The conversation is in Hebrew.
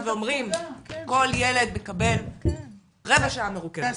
ואומרים כל ילד מקבל רבע שעה מרוכזת,